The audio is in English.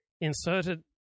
inserted